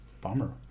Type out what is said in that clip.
Bummer